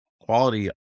quality